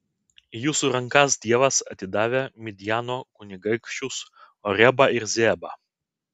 į jūsų rankas dievas atidavė midjano kunigaikščius orebą ir zeebą